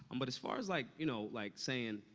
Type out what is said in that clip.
um but as far as, like, you know, like, saying,